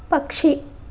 పక్షి